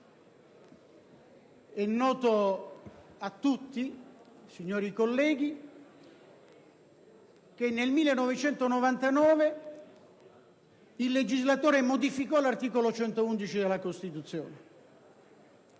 È noto a tutti, onorevoli colleghi, che nel 1999 il legislatore modificò l'articolo 111 della Costituzione,